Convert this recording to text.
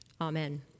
Amen